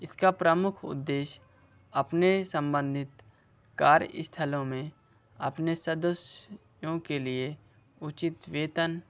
इसका प्रमुख उद्देश्य अपने संबंधित कार्य स्थलों में अपने सदस्यों के लिए उचित वेतन